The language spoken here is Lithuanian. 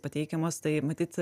pateikiamos tai matyt